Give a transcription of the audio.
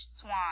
Swan